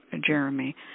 Jeremy